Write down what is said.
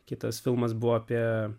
kitas filmas buvo apie